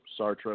Sartre